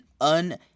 un-